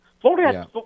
Florida